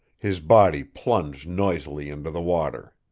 his body plunged noisily into the water.